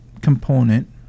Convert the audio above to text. component